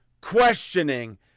questioning